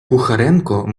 кухаренко